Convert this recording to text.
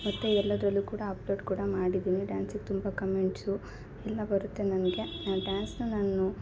ಮತ್ತು ಎಲ್ಲಾದ್ರಲ್ಲೂ ಕೂಡ ಅಪ್ಲೋಡ್ ಕೂಡ ಮಾಡಿದ್ದೀನಿ ಡ್ಯಾನ್ಸಿದ ತುಂಬಾ ಕಮೆಂಟ್ಸು ಎಲ್ಲ ಬರುತ್ತೆ ನನಗೆ ಡ್ಯಾನ್ಸ್ನ ನಾನು